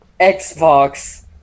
Xbox